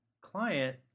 client